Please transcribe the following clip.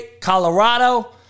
Colorado